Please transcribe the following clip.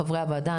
חברי הוועדה.